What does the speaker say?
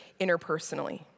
interpersonally